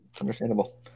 understandable